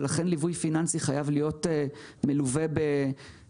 ולכן, ליווי פיננסי חייב להיות מלווה בליווי.